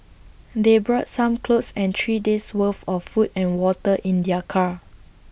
they brought some clothes and three days' worth of food and water in their car